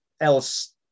else